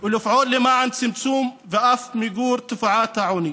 ולפעול למען צמצום ואף מיגור תופעת העוני.